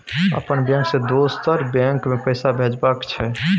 अपन बैंक से दोसर बैंक मे पैसा भेजबाक छै?